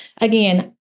again